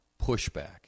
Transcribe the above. pushback